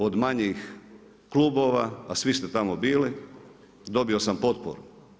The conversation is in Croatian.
Od manjih klubova a svi ste tamo bili, dobio sam potporu.